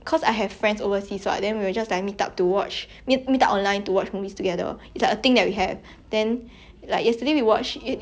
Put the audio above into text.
like yesterday we watched have you watched little women you know the one that timothy chalamet is inside ya ya ya ya ya ya I wanted to watch for very long already then